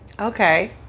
Okay